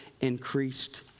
increased